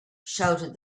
shouted